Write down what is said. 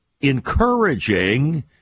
encouraging